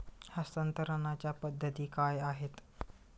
हस्तांतरणाच्या पद्धती काय आहेत?